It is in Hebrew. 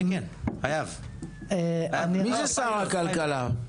מי זה שר הכלכלה?